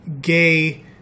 gay